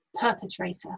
perpetrator